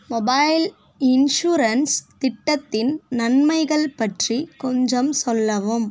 mobile insurance திட்டத்தின் நன்மைகள் பற்றி கொஞ்சம் சொல்லவும்